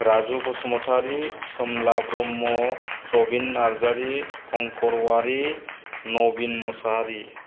Raju Basumatary Somla Brahma Prabin Narzary Kankhar Owary Nabin Mushahary